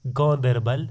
Ganderbal